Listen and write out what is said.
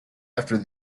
after